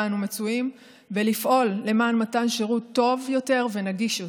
אנו מצויים ולפעול למען מתן שירות טוב יותר ונגיש יותר.